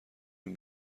این